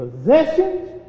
possessions